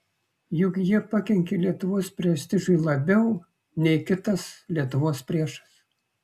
juk jie pakenkė lietuvos prestižui labiau nei kitas lietuvos priešas